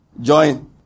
Join